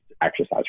exercise